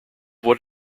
what